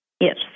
Yes